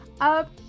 Up